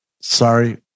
Sorry